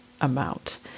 amount